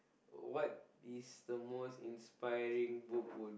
what is the most inspiring booking would